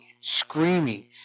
screaming